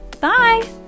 bye